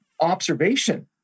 observation